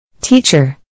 Teacher